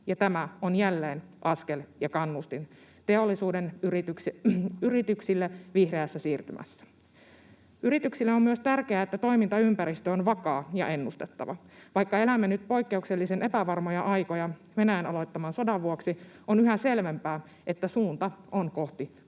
tämä on jälleen askel ja kannustin teollisuuden yrityksille vihreässä siirtymässä. Yrityksille on myös tärkeää, että toimintaympäristö on vakaa ja ennustettava. Vaikka elämme nyt poikkeuksellisen epävarmoja aikoja Venäjän aloittaman sodan vuoksi, on yhä selvempää, että suunta on kohti